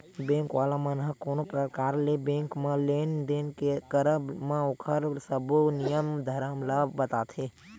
bank वाला मन ह कोनो परकार ले बेंक म लेन देन के करब म ओखर सब्बो नियम धरम ल बताथे